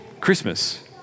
Christmas